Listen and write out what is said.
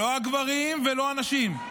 לא הגברים ולא הנשים.